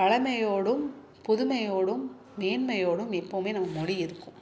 பழமையோடும் புதுமையோடும் மேன்மையோடும் எப்போவுமே நம்ம மொழி இருக்கும்